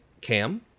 Cam